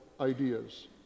ideas